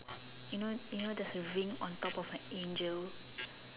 you know you know there's a ring on top of a Angel